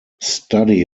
study